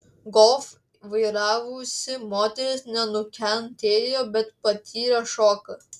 golf vairavusi moteris nenukentėjo bet patyrė šoką